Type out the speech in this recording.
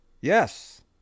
Yes